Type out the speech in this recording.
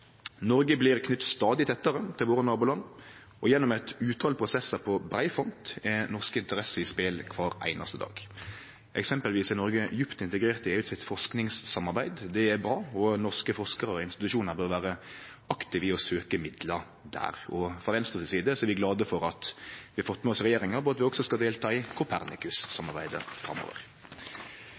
Noreg blir knytt stadig tettare til nabolanda sine, og gjennom mange prosessar på brei front er norske interesser i spel kvar einaste dag. Eksempelvis er Noreg djupt integrert i EU sitt forskingssamarbeid. Det er bra. Både norske forskarar og norske institusjonar bør vere aktive i å søkje midlar der. Frå Venstre si side er vi glade for at vi har fått med oss regjeringa på at vi også skal delta i Copernicus-samarbeidet framover.